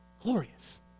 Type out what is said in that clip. Glorious